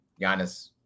Giannis